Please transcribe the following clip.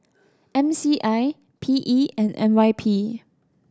M C I P E and N Y P